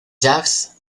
jazz